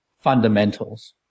fundamentals